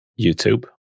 YouTube